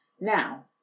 Now